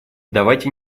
давайте